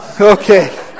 okay